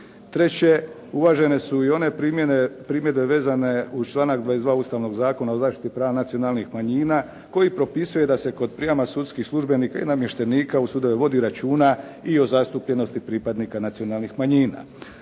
Treće, uvažene su i one primjedbe vezane uz članak 22. Ustavnog zakona o zaštiti prava nacionalnih manjina koji propisuje da se kod prijama sudskih službenika i namještenika u sudove vodi računa i o zastupljenosti pripadnika nacionalnih manjina.